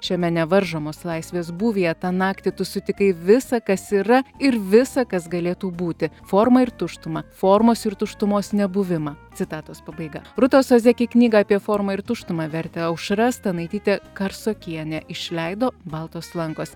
šiame nevaržomos laisvės būvyje tą naktį tu sutikai visa kas yra ir visa kas galėtų būti formą ir tuštumą formos ir tuštumos nebuvimą citatos pabaiga rūtos ozeki knygą apie formą ir tuštuma vertė aušra stanaitytė karsokienė išleido baltos lankos